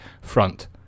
front